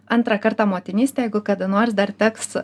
antrą kartą motinystę jeigu kada nors dar teks